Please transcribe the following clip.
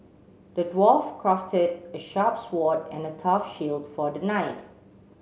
the dwarf crafted a sharp sword and a tough shield for the knight